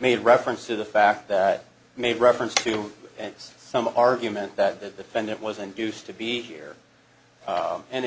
made reference to the fact that made reference to some argument that the defendant was induced to be here